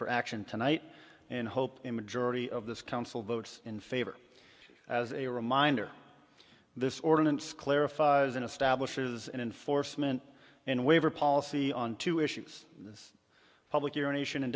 for action tonight and hope to majority of this council votes in favor as a reminder this ordinance clarifies in establishes an enforcement and waiver policy on two issues public urination and